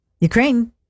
Ukraine